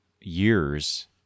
years